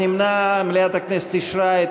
התשע"ה 2014,